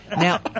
Now